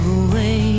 away